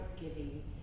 giving